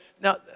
Now